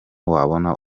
wabona